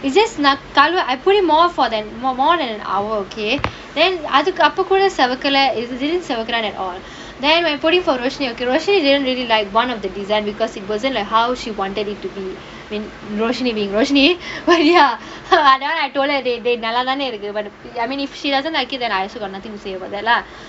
it's just நான் கழுவ:naan kaluva I put more for them more more than an hour okay then அதுக்கு அப்ப கூட செவக்கல:athukku appe kooda sevakkala it isn't செவக்குறான்:sevakkuraan all then when putting for roshni roshni didn't really like one of the design because it wasn't like how she wanted it to be mean roshni being roshni well ya I told her they they நல்லா தான இருக்குது:nallaa thaanae irukkuthu but I mean if she doesn't like it I also got nothing to say about that lah